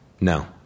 No